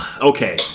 okay